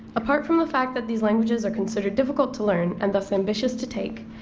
apart from the fact that these languages are considered difficult to learn, and thus ambitious to take,